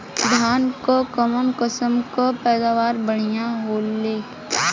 धान क कऊन कसमक पैदावार बढ़िया होले?